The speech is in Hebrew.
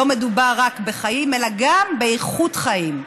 לא מדובר רק בחיים אלא גם באיכות חיים.